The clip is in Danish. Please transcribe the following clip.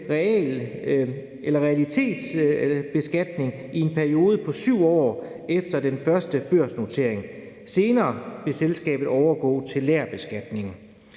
realisationsprincippet i en periode på 7 år efter den første børsnotering. Senere vil selskabet overgå til lagerbeskatning.